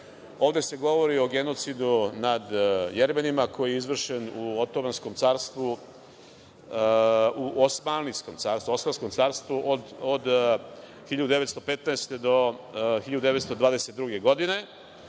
tome. Ovde se govori o genocidu nad Jermenima koji je izvršenom u Osmanskom carstvu od 1915. do 1922. godine. Već